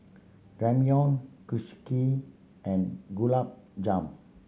Ramyeon Kushiyaki and Gulab Jamun